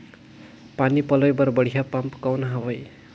पानी पलोय बर बढ़िया पम्प कौन हवय?